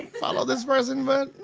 follow this person but